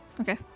Okay